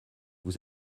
vous